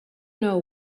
know